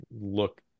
look